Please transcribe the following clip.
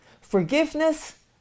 Forgiveness